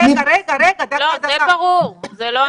זה ברור, זה לא הוויכוח.